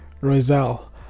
Roselle